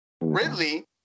Ridley